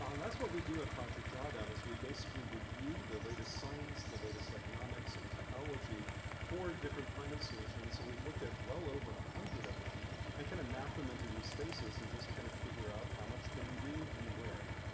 um that's what we do a project drawdown is we basically review the latest science, the latest economics and technology for different climate solutions. and we've looked at well over a hundred of them and kind of map them into these spaces and just kind of figure out how much can we do and where.